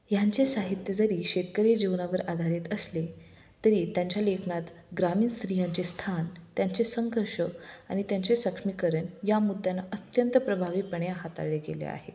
ह्यांचे साहित्य जरी शेतकरीय जीवनावर आधारित असले तरी त्यांच्या लेखणात ग्रामीण स्त्रियांचे स्थान त्यांचे संघर्ष आणि त्यांचे सक्षमीकरण या मुद्द्यांना अत्यंत प्रभावीपणे हाताळले गेले आहे